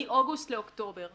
מאוגוסט לאוקטובר.